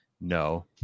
No